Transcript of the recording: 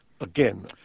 again